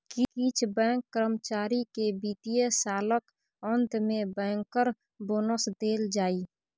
किछ बैंक कर्मचारी केँ बित्तीय सालक अंत मे बैंकर बोनस देल जाइ